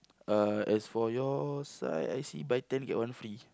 uh as for your side I see buy ten get one free